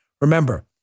Remember